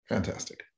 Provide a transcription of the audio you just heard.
Fantastic